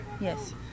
Yes